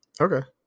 okay